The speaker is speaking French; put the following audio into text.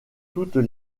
toutes